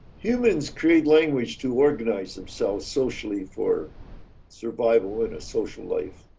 humans create language to organize themselves socially for survival in a social life.